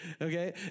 Okay